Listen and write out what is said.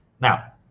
now